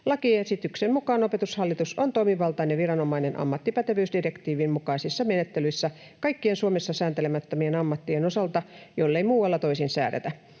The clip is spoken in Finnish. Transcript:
Lakiesityksen mukaan Opetushallitus on toimivaltainen viranomainen ammattipätevyysdirektiivin mukaisissa menettelyissä kaikkien Suomessa sääntelemättömien ammattien osalta, jollei muualla toisin säädetä.